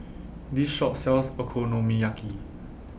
This Shop sells Okonomiyaki